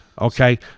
Okay